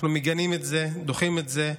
אנחנו מגנים את זה, דוחים את זה.